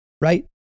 Right